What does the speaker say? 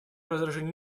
возражений